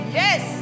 yes